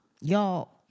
y'all